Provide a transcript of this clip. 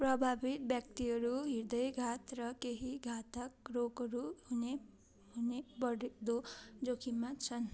प्रभावित व्यक्तिहरू हृदयघात र केही घातक रोगहरू हुने हुने बढ्दो जोखिममा छन्